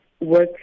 work